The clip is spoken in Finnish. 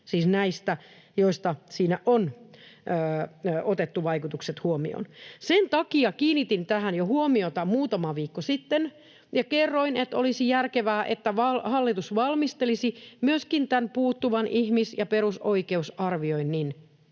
siis näistä, joista siinä on otettu vaikutukset huomioon. Sen takia kiinnitin tähän huomiota jo muutama viikko sitten ja kerroin, että olisi järkevää, että hallitus valmistelisi myöskin tämän puuttuvan ihmis- ja perusoikeusarvioinnin